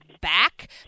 back